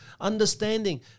understanding